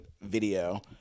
video